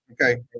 Okay